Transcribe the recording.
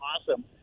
awesome